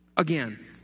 Again